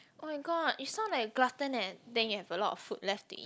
oh my god you sound like a glutton eh then you have a lot of food left to eat